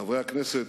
חברי הכנסת,